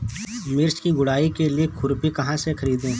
मिर्च की गुड़ाई के लिए खुरपी कहाँ से ख़रीदे?